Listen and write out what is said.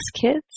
kids